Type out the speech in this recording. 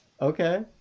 okay